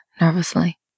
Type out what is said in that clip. nervously